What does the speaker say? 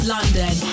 London